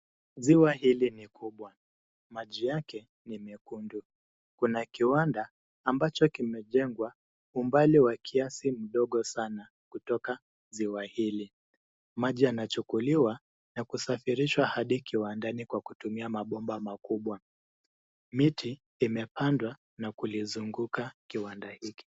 Ziwa hili ni kubwa. Maji yake ni mekundu. Kuna kiwanda ambacho kimejengwa umbali wa kiasi ndogo sana kutoka ziwa hili. Maji yanachukuliwa na kusafirishwa hadi kiwandani kwa kutumia mabomba makubwa. Miti imepandwa na kulizunguka kiwanda hiki.